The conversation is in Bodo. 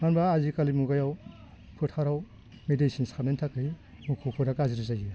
मानो होनबा आजिखालि मुगायाव फोथाराव मिडिसिन सारनायनि थाखाय मोसौफोरा गाज्रि जायो